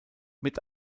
mit